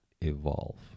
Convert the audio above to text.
evolve